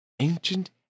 Ancient